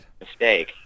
Mistake